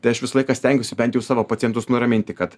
tai aš visą laiką stengiuosi bent jau savo pacientus nuraminti kad